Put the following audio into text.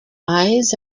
eyes